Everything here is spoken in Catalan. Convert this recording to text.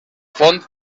font